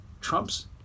Trump's